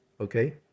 okay